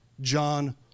John